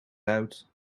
out